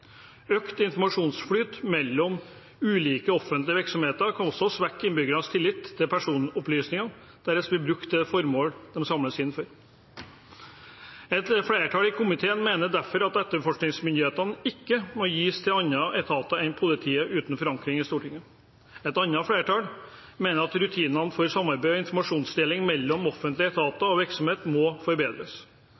Økt informasjonsflyt mellom ulike offentlige virksomheter kan også svekke innbyggernes tillit til at personopplysningene deres blir brukt til de formålene de samles inn for. Et flertall i komiteen mener derfor at økt etterforskningsmyndighet ikke må gis til andre etater enn politiet uten forankring i Stortinget. Et annet flertall mener at rutinene for samarbeid og informasjonsdeling mellom offentlige etater